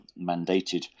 mandated